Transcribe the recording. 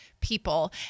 people